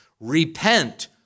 Repent